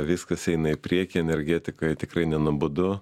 viskas eina į priekį energetikoj tikrai nenuobodu